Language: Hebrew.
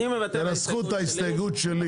אני מוותר על ההסתייגות שלי.